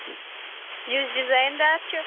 یُس ڈِزایِن دار چھُ